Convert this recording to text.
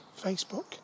Facebook